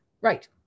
Right